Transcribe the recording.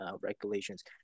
regulations